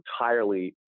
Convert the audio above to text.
entirely